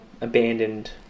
abandoned